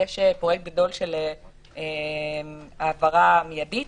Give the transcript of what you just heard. של העברה מידית,